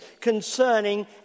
concerning